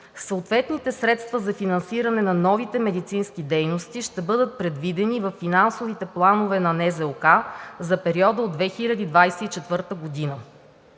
„Съответните средства за финансиране на новите медицински дейности ще бъдат предвидени във финансовите планове на НЗОК за периода от 2024 г.“